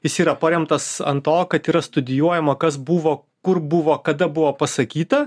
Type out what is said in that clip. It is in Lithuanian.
jis yra paremtas ant to kad yra studijuojama kas buvo kur buvo kada buvo pasakyta